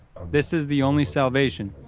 this is the only salvation.